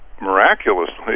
miraculously